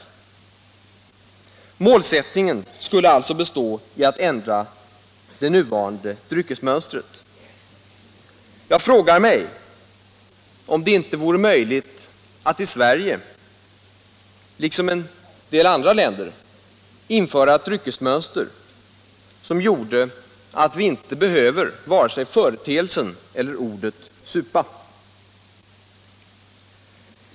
Målsättningen skulle alltså bestå i att ändra det nuvarande dryckesmönstret. Jag frågar mig om det inte vore möjligt att i Sverige, liksom i en del andra länder, införa ett dryckesmönster som gjorde att vi inte behöver vare sig företeelsen eller ordet ”supa”.